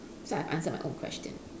so I answered my own question